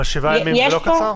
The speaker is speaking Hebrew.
אבל 7 ימים זה לא קצר?